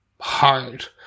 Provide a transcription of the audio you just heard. hard